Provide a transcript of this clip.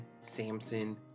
Samson